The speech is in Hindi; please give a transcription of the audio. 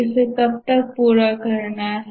इसे कब तक पूरा करना है